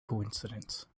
coincidence